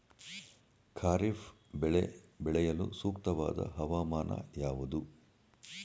ಖಾರಿಫ್ ಬೆಳೆ ಬೆಳೆಯಲು ಸೂಕ್ತವಾದ ಹವಾಮಾನ ಯಾವುದು?